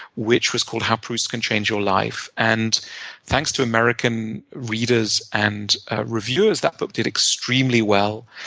which was called how proust can change your life. and thanks to american readers and reviewers, that book did extremely well.